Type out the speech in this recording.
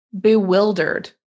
Bewildered